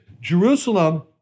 Jerusalem